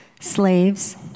Slaves